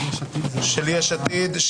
יש עתיד,